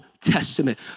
Testament